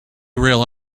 rail